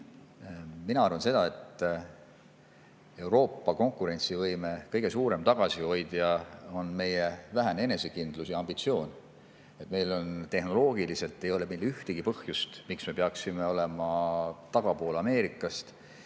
Mina arvan seda, et Euroopa konkurentsivõime kõige suurem tagasihoidja on meie vähene enesekindlus ja ambitsioon. Tehnoloogiliselt ei ole meil ühtegi põhjust, miks me peaksime olema Ameerikast